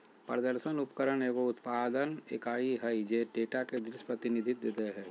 प्रदर्शन उपकरण एगो उत्पादन इकाई हइ जे डेटा के दृश्य प्रतिनिधित्व दे हइ